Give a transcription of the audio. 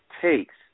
takes